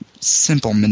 simple